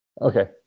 Okay